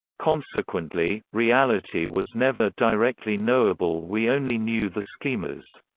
consequently, reality was never directly knowable we only knew the schemas.